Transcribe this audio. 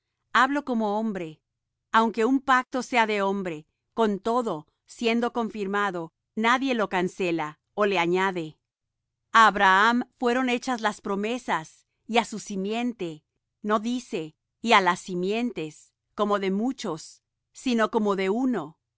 hablo como hombre aunque un pacto sea de hombre con todo siendo confirmado nadie lo cancela ó le añade a abraham fueron hechas las promesas y á su simiente no dice y á las simientes como de muchos sino como de uno